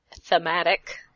thematic